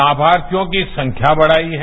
लामार्थियों की संख्या बढ़ायी है